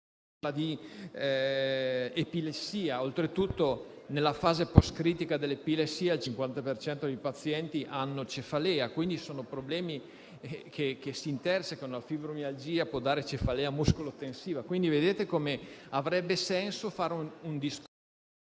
di epilessia; oltretutto nella fase postcritica dell'epilessia il 50 per cento dei pazienti ha cefalea, quindi sono problemi che si intersecano, in quanto la fibromialgia può dare cefalea muscolo-tensiva e dunque avrebbe senso fare un discorso